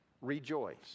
Rejoice